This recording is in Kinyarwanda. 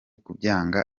kubyanga